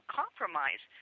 compromise